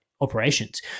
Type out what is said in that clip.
operations